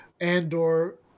Andor